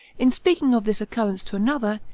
in speaking of this occurrence to another,